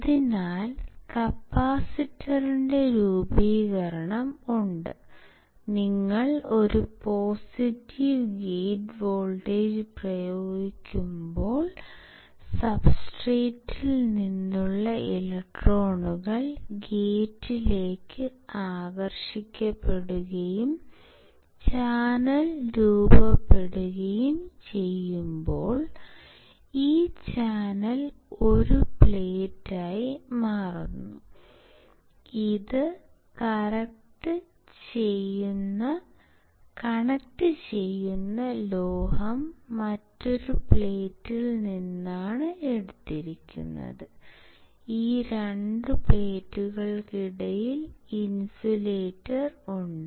അതിനാൽ കപ്പാസിറ്ററിന്റെ രൂപീകരണം ഉണ്ട് നിങ്ങൾ ഒരു പോസിറ്റീവ് ഗേറ്റ് വോൾട്ടേജ് പ്രയോഗിക്കുമ്പോൾ സബ്സ്ട്രേറ്റ് യിൽ നിന്നുള്ള ഇലക്ട്രോണുകൾ ഗേറ്റിലേക്ക് ആകർഷിക്കപ്പെടുകയും ചാനൽ രൂപപ്പെടുകയും ചെയ്യുമ്പോൾ ഈ ചാനൽ 1 പ്ലേറ്റ് ആയി മാറുന്നു അത് കണക്ട് ചെയ്യുന്ന ലോഹം മറ്റൊരു പ്ലേറ്റിൽ നിന്നാണ് എടുത്തിരിക്കുന്നത് ഈ 2 പ്ലേറ്റുകൾക്കിടയിൽ ഇൻസുലേറ്റർ ഉണ്ട്